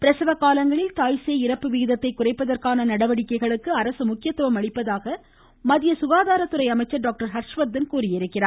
பிரசவ காலங்களில் தாய்சேய் இறப்பு விகிதத்தைக் குறைப்பதற்கான நடவடிக்கைகளுக்கு அரசு முக்கியத்துவம் அளிப்பதாக மத்திய சுகாதாரத்துறை அமைச்சர் டாக்டர் ஹர்ஷ்வர்தன் தெரிவித்திருக்கிறார்